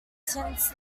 since